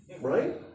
Right